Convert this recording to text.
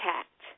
Cat